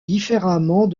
différemment